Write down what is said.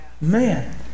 Man